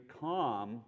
calm